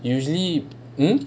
usually hmm